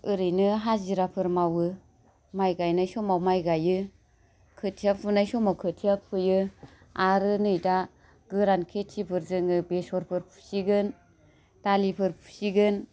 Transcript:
ओरैनो हाजिराफोर मावो माइ गाइनाय समाव माइ गाइयो खोथिया फुनाय समाव खोथिया फुयो आरो नै दा गोरान खेथिफोर जों बेसरफोर फुसिगोन दालिफोर फुसिगोन